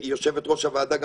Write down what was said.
ויושבת-ראש הוועדה גם